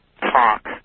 talk